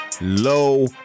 Low